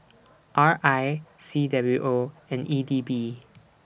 R I C W O and E D B